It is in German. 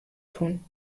tun